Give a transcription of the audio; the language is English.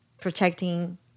protecting